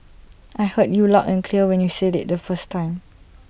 I heard you loud and clear when you said IT the first time